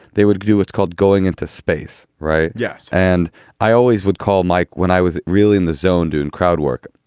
they would do what's called going into space. right. yes. and i always would call mike. when i was really in the zone doing crowd work,